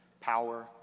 power